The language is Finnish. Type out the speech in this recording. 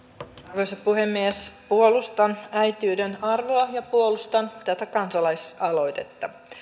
arvoisa puhemies puolustan äitiyden arvoa ja puolustan tätä kansalaisaloitetta